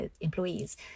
employees